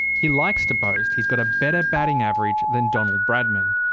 he likes to boast he's got a better batting average than donald bradman.